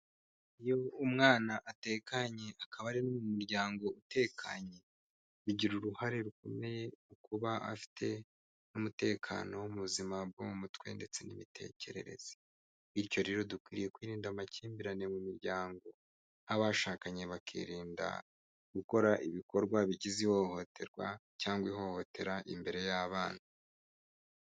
Iyo umwana atekanye akaba ari no mu umuryango utekanye bigira uruhare rukomeye mu kuba afite n'umutekano mu buzima bwo mu mutwe ndetse n'imitekerereze bityo rero dukwiriye kwirinda amakimbirane mu miryango nk'abashakanye bakirinda gukora ibikorwa bigize ihohoterwa cyangwa ihohotera imbere y'abana.